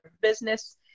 business